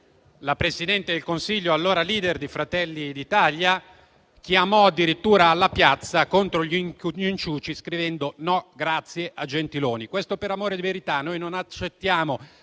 la Presidente del Consiglio, allora *leader* di Fratelli d'Italia, chiamò addirittura la piazza contro gli inciuci, scrivendo «no grazie» a Gentiloni. Questo per amore di verità: noi non accettiamo